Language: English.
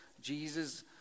Jesus